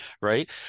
right